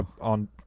on